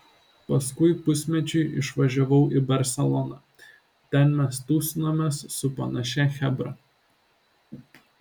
paskui pusmečiui išvažiavau į barseloną ten mes tūsinomės su panašia chebra